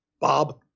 Bob